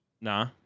Nah